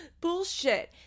bullshit